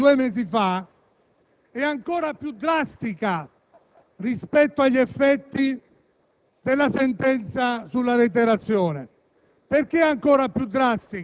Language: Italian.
la sentenza di due mesi fa è ancora più drastica rispetto agli effetti di quella sulla reiterazione